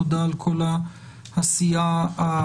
תודה על כל העשייה המסורה,